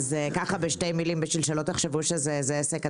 בשתי מילים, בשביל שלא תחשבו שזה עסק קטן.